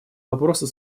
вопроса